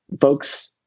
folks